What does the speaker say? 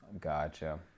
Gotcha